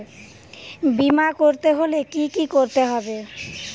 বিমা করতে হলে কি করতে হবে?